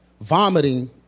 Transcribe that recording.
vomiting